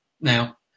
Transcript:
now